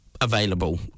available